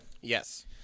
Yes